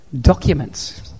documents